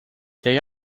they